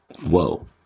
Whoa